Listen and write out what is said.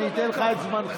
אני אתן לך את זמנך.